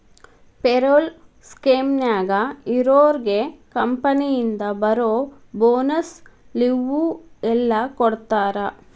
payroll ಸ್ಕೇಮ್ನ್ಯಾಗ ಇರೋರ್ಗೆ ಕಂಪನಿಯಿಂದ ಬರೋ ಬೋನಸ್ಸು ಲಿವ್ವು ಎಲ್ಲಾ ಕೊಡ್ತಾರಾ